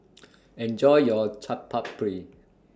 Enjoy your Chaat Papri